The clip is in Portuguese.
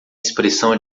expressão